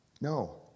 No